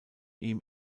ihm